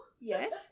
Yes